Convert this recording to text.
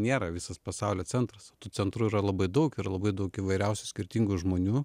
nėra visas pasaulio centras tų centrų yra labai daug ir labai daug įvairiausių skirtingų žmonių